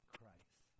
Christ